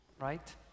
right